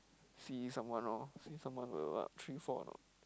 see someone lor see someone will what three four or not